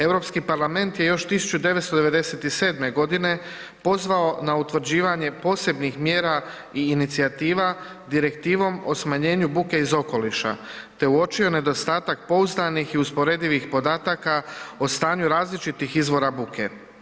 EU parlament je još 1997. g. pozvao na utvrđivanje posebnih mjera i inicijativa Direktivom o smanjenju buke iz okoliša te uočio nedostatak pouzdanih i usporedivih podataka o stanju različitih izvora buke.